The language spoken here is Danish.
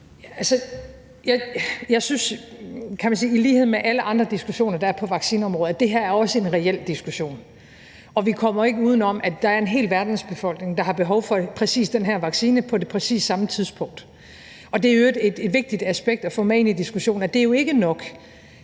man sige, i lighed med alle andre diskussioner, der er på vaccineområdet, også er en reel diskussion, og vi kommer ikke uden om, at der er en hel verdens befolkning, der har behov for præcis den her vaccine på præcis det samme tidspunkt. Det er i øvrigt et vigtigt aspekt at få med ind i diskussionen, at det jo ikke set